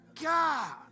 God